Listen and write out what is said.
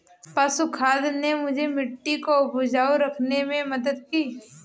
पशु खाद ने मुझे मिट्टी को उपजाऊ रखने में मदद की